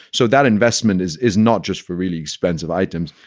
so that investment is is not just for really expensive items.